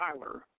Tyler